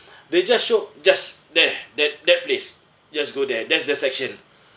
they just show just there that that place just go there there's the section